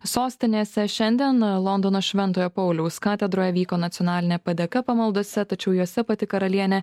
sostinėse šiandien londono šventojo pauliaus katedroje vyko nacionalinė padėka pamaldose tačiau jose pati karalienė